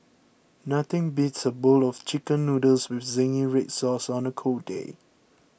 nothing beats a bowl of Chicken Noodles with Zingy Red Sauce on a cold day